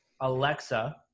Alexa